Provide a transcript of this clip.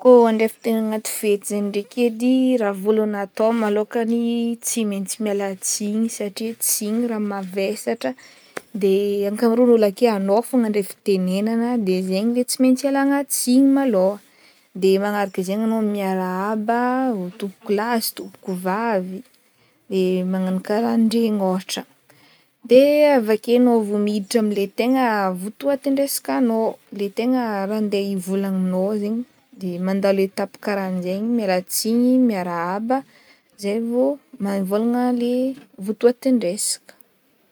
Kô andray fitenenana agnaty fety zegny ndraiky edy, raha vôlohany atao malôkany tsy maintsy miala tsiny, satria tsiny raha mavesatra, ankamaroan'ny ôlo ake agnao fogna andray fitenenana; de zegny le tsy maintsy hialagna tsiny malôha, de manaraka zegny agnao miarahaba tompoko lahy sy tompoko vavy, magnagno karahandregny ôhatra, de avake agnao vao miditra amle tegna votoatin-dresakagnao, le tegna raha tegna hivolagninao zegny, de mandalo etape karahanzegny, miala tsiny, miarahaba, zay vao mivôlagna le votoatin-dresaka.